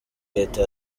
leta